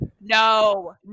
No